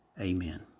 Amen